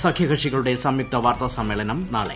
സഖ്യകക്ഷികളുടെ സംയുക്ത വാർത്താസമ്മേളനം നാളെ